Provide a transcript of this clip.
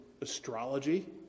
astrology